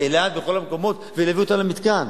באילת ובכל המקומות ולהביא אותם למתקן,